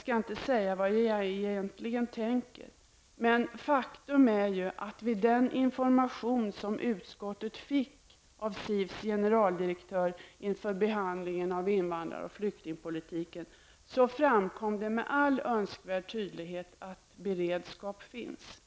skall inte säga vad jag egentligen tänker, men faktum är att vid den information som utskottet fick av SIVs generaldirektör inför behandlingen av invandrar och flyktingpolitiken framkom det med all önskvärd tydlighet att beredskap finns.